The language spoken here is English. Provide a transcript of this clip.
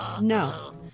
no